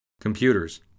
Computers